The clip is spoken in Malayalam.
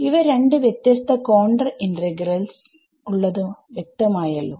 ഇവിടെ രണ്ട് വ്യത്യസ്ത കോണ്ടർ ഇന്റഗ്രൽസ്ഉള്ളത് വ്യക്തമായല്ലോ